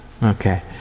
Okay